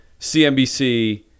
CNBC